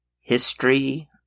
History